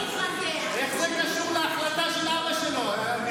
איך זה קשור להחלטה של אבא שלו?